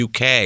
UK